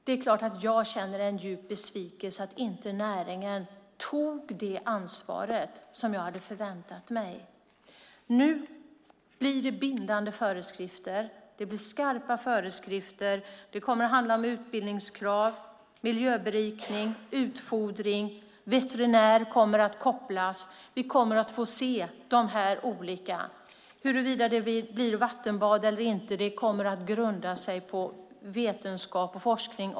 Det är klart att jag känner en djup besvikelse över att näringen inte tog det ansvar som jag hade förväntat mig. Nu blir det bindande och skarpa föreskrifter. Det kommer att handla om utbildningskrav, miljöberikning och utfodring. Veterinär kommer att kopplas till näringen. Vi kommer att få se dessa olika åtgärder. När det gäller huruvida det blir vattenbad eller inte kommer också detta att grunda sig på vetenskap och forskning.